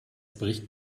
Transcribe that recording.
bricht